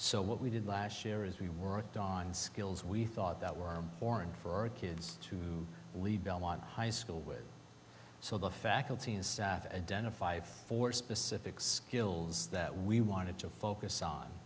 so what we did last year is we worked on skills we thought that were foreign for our kids to lead belmont high school with so the faculty and staff identified for specific skills that we wanted to focus on